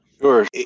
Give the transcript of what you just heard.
Sure